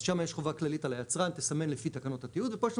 אז שם יש חובה כללית של היצרן תסמן לפי תקנות התיעוד,